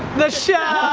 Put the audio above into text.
the show!